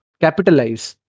capitalize